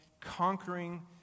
conquering